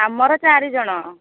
ଆମର ଚାରିଜଣ